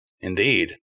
Indeed